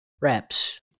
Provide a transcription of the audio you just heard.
reps